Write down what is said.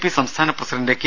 P സംസ്ഥാന president K